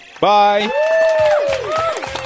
Bye